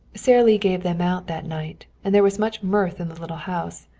sara lee gave them out that night, and there was much mirth in the little house,